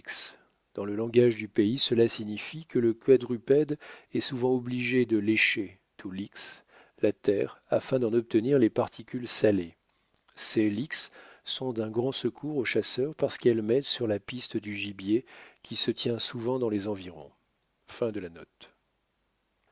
dans le langage du pays cela signifie que le quadrupède est suvent obligé de lécher to licks la terre afin d'en obtenir les particules salées ces licks sont d'un grand secours aux chasseurs parce qu'elles mettent sur la piste du gibier qui se tient souvent dans les